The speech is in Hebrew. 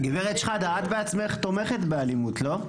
גברת שחאדה, את בעצמך תומכת באלימות, לא?